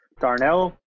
Darnell